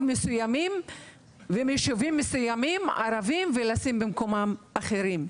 מסוימים ומיישובים מסוימים ערבים ולשים במקומם אחרים.